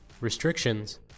restrictions